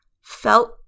felt